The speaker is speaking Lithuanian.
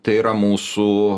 tai yra mūsų